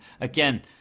again